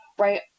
right